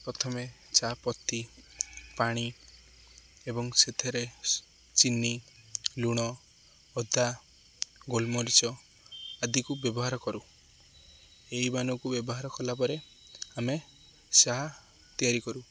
ପ୍ରଥମେ ଚା ପତି ପାଣି ଏବଂ ସେଥିରେ ଚିନି ଲୁଣ ଅଦା ଗୋଲମରିଚ ଆଦିକୁ ବ୍ୟବହାର କରୁ ଏଇମାନଙ୍କୁ ବ୍ୟବହାର କଲା ପରେ ଆମେ ଚା ତିଆରି କରୁ